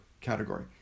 category